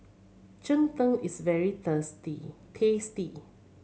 cheng tng is very tasty